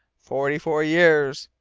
forty-four years.